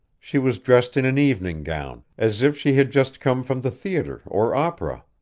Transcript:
she was dressed in an evening gown, as if she had just come from the theater or opera.